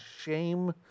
shame